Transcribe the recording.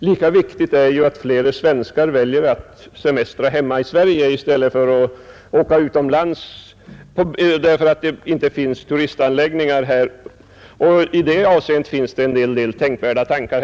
Lika viktigt är det ju att flera svenskar väljer att semestra hemma i Sverige i stället för att åka utomlands, därför att det inte finns turistanläggningar här. I det sammanhanget finns en del tänkvärda tankar.